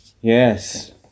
Yes